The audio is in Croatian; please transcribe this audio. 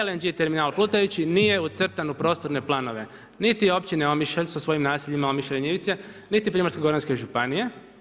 LNG terminal plutajući nije ucrtan u prostorne planove niti općine Omišalj sa svojim naseljima Omišalj i Njivice, niti Primorsko-goranske županije.